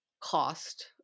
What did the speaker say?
cost